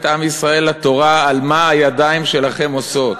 עם ישראל לתורה על מה הידיים שלכם עושות,